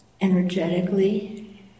energetically